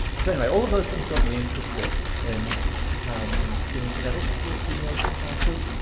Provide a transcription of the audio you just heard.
so anyway, all of those things got me interested in in human genetics through through neil's classes.